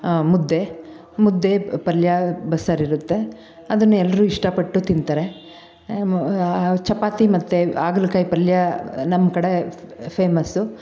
ಮುದ್ದೆ ಮುದ್ದೆ ಪಲ್ಯ ಬಸ್ಸಾರಿರುತ್ತೆ ಅದನ್ನು ಎಲ್ಲರೂ ಇಷ್ಟಪಟ್ಟು ತಿಂತಾರೆ ಮ್ ಚಪಾತಿ ಮತ್ತು ಹಾಗಲ್ಕಾಯಿ ಪಲ್ಯ ನಮ್ಮ ಕಡೆ ಫೇಮಸ್ಸು